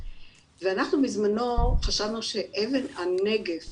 ואנחנו בזמנו חשבנו שאבן הנגף